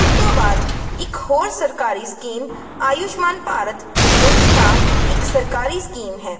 ਉਸ ਤੋਂ ਬਾਅਦ ਇੱਕ ਹੋਰ ਸਰਕਾਰੀ ਸਕੀਮ ਆਯੂਸ਼ਮਾਨ ਭਾਰਤ ਯੋਜਨਾ ਇੱਕ ਸਰਕਾਰੀ ਸਕੀਮ ਹੈ